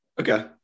Okay